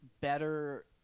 better –